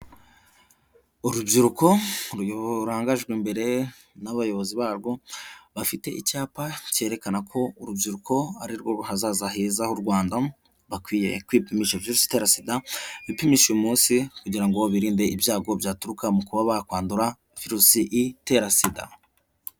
Urubyiruko rurangajwe imbere n'abayobozi barwo, bafite icyapa cyerekana ko urubyiruko ari rwo hazaza heza h'u Rwanda, bakwiye kwipimisha virusi itera sida bipimishije uyu munsi kugira ngo birinde ibyago byaturuka mu kuba bakwandura virusi itera sida.